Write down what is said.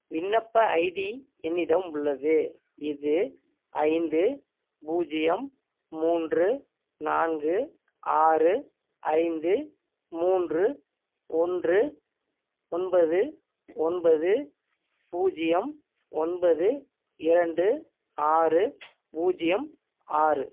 விண்ணப்ப ஐடி என்னிடம் உள்ளது இது ஐந்து பூஜியம் மூன்று நான்கு ஆறு ஐந்து மூன்று ஒன்று ஒன்பது ஒன்பது பூஜியம் ஒன்பது இரண்டு ஆறு பூஜியம் ஆறு